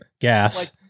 gas